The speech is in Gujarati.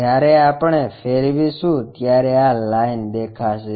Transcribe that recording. જ્યારે આપણે ફેરવીશું ત્યારે આ લાઇન દેખાશે